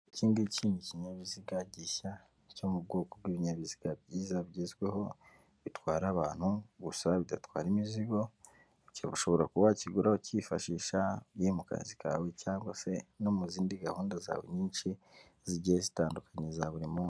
Iki ngiki ni kinyabiziga gishya, cyo mu bwoko bw'ibinyabiziga byiza bigezweho, bitwara abantu gusa bidatwara imizigo, iki ushobora kuba wakigura ucyifashisha ugiye mu kazi kawe cyangwa se no mu zindi gahunda zawe nyinshi zigiye zitandukanye za buri munsi.